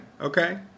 okay